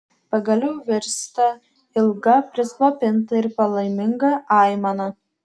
pagaliau virsta ilga prislopinta ir palaiminga aimana